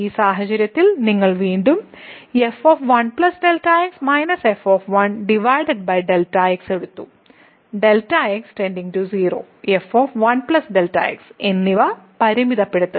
ഈ സാഹചര്യത്തിൽ നിങ്ങൾ വീണ്ടും എടുത്തു Δx 0 f 1 Δx എന്നിവ പരിമിതപ്പെടുത്തുക